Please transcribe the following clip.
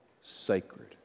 sacred